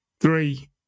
three